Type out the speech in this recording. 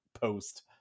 post